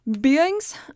beings